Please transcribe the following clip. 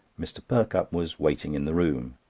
mr. perkupp was waiting in the room.